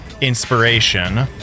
inspiration